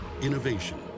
Innovation